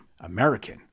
American